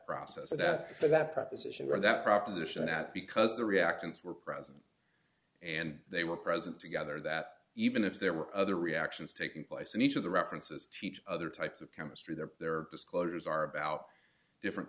process and for that proposition that proposition that because the reactions were present and they were present together that even if there were other reactions taking place in each of the references teach other types of chemistry there are disclosures are about different